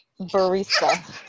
barista